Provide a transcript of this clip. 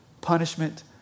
punishment